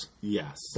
yes